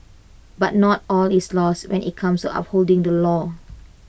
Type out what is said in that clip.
but not all is lost when IT comes to upholding the law